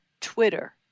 Twitter